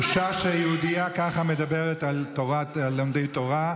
בושה שיהודייה ככה מדברת על לומדי תורה,